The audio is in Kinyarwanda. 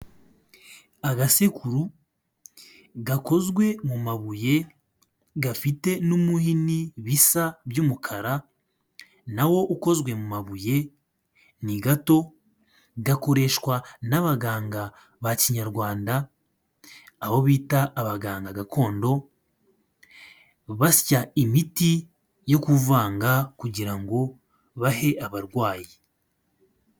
Agasekuru gakozwe mu mabuye, gafite n'umuhini bisa by'umukara, na wo ukozwe mu mabuye, ni gato, gakoreshwa n'abaganga ba Kinyarwanda, abo bita abaganga gakondo, basya imiti yo kuvanga kugira ngo bahe abarwayi.